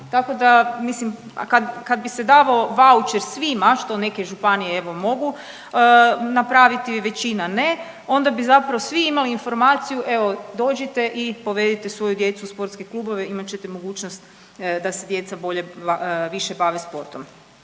tako da mislim, kad bi se davao vaučer svima što neke županije, evo, mogu, napraviti većina ne, onda bi zapravo svi imali informaciju, evo, dođite i povedite svoju djecu u sportske klubove, imat ćete mogućnost da se djeca bolje, više bave sportom.